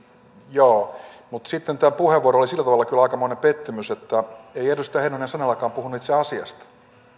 joo mutta sitten tämä puheenvuoro oli sillä tavalla kyllä aikamoinen pettymys että ei edustaja heinonen sanallakaan puhunut itse asiasta